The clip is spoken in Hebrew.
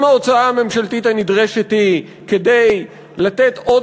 אם ההוצאה הממשלתית הנדרשת היא כדי לתת עוד